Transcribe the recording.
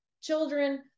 children